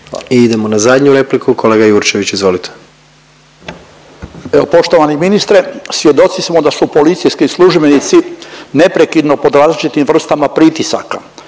idemo na zadnju repliku, kolega Jurčević izvolite. **Jurčević, Josip (Nezavisni)** Poštovani ministre, svjedoci smo da su policijski službenici neprekidno pod različitim vrstama pritisaka,